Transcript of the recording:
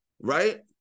right